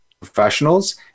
professionals